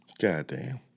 Goddamn